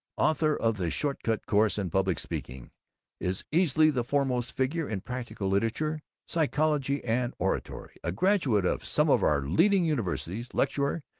author of the shortcut course in public-speaking, is easily the foremost figure in practical literature, psychology and oratory. a graduate of some of our leading universities, lecturer,